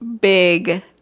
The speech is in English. big